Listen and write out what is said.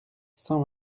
cent